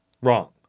Wrong